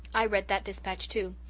i read that dispatch, too,